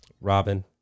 Robin